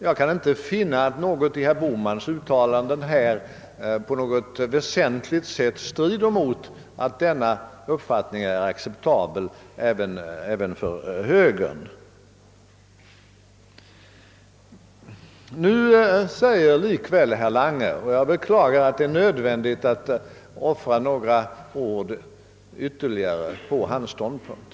Jag kan heller inte finna att något i herr Bohmans uttalanden här på ett väsentligt sätt strider mot antagandet att denna uppfattning är acceptabel även för högern. Jag beklagar att det är nödvändigt att offra ytterligare några ord på herr Langes ståndpunkt.